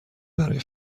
برای